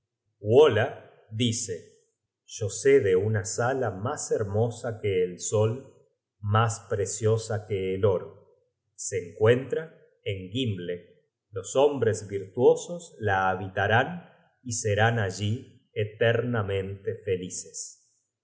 generated at yo sé de una sala mas hermosa que el sol mas preciosa que el oro se encuentra en gimle los hombres virtuosos la habitarán y serán allí eternamente felices